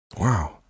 Wow